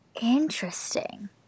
Interesting